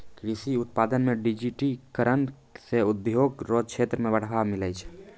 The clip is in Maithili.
कृषि उत्पादन मे डिजिटिकरण से उद्योग रो क्षेत्र मे बढ़ावा मिलै छै